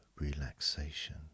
relaxation